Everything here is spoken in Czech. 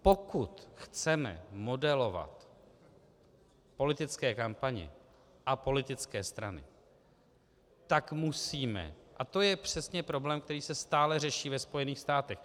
Pokud chceme modelovat politické kampaně a politické strany, tak musíme a to je přesně problém, který se stále řeší ve Spojených státech.